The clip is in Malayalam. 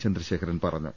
ചന്ദ്രശേഖരൻ പറഞ്ഞു